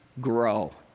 grow